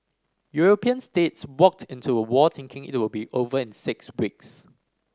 European states walked into a war thinking it will be over in six weeks